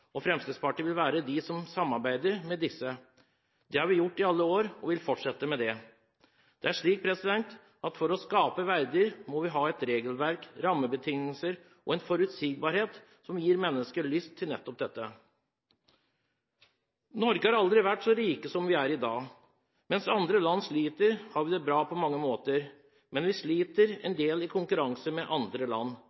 og Fremskrittspartiet vil være av dem som samarbeider med disse. Det har vi gjort i alle år, og det vil vi fortsette med. For å skape verdier må vi ha et regelverk, rammebetingelser og en forutsigbarhet som gir mennesker lyst til nettopp dette. I Norge har vi aldri vært så rike som vi er i dag. Mens andre land sliter, har vi det bra på mange måter. Men vi sliter en